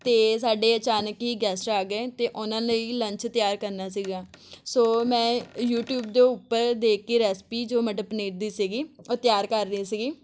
ਅਤੇ ਸਾਡੇ ਅਚਾਨਕ ਹੀ ਗੈਸਟ ਆ ਗਏ ਅਤੇ ਉਹਨਾਂ ਲਈ ਲੰਚ ਤਿਆਰ ਕਰਨਾ ਸੀਗਾ ਸੋ ਮੈਂ ਯੂਟਿਊਬ ਦੇ ਉੱਪਰ ਦੇਖ ਕੇ ਰੈਸਪੀ ਜੋ ਮਟਰ ਪਨੀਰ ਦੀ ਸੀਗੀ ਉਹ ਤਿਆਰ ਕਰ ਰਹੀ ਸੀਗੀ